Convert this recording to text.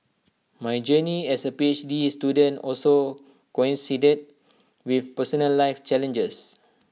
my journey as A P H D student also coincided with personal life challenges